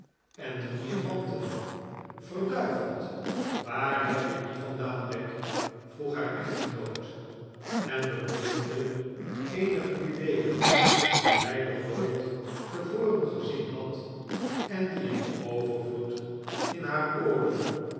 en de diamanten verduiveld waar heb je dievandaan beck vroeg haar echtgenoot en bewonderde eenige juweelen die hij nog nooit te voren gezien had en die in overvloed in haar ooren